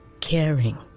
caring